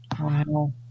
Wow